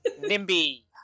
NIMBY